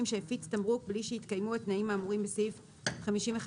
שהפיץ תמרוק בלי שהתקיימו התנאים האמורים בסעיף 55א12א(א),